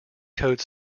code